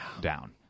down